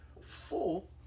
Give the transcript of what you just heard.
full